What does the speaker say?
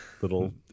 little